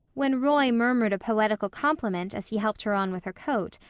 when roy murmured a poetical compliment as he helped her on with her coat,